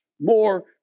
more